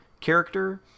character